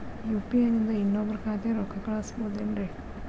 UPI ನಿಂದ ಇನ್ನೊಬ್ರ ಖಾತೆಗೆ ರೊಕ್ಕ ಕಳ್ಸಬಹುದೇನ್ರಿ?